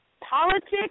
politics